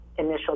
initial